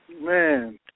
Man